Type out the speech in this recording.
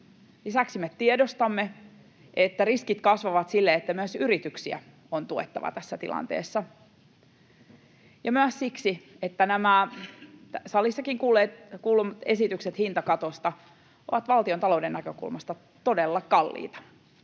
lisäksi me tiedostamme, että riskit kasvavat sille, että myös yrityksiä on tuettava tässä tilanteessa, ja myös siksi, että nämä salissakin kuullut esitykset hintakatosta ovat valtiontalouden näkökulmasta todella kalliita.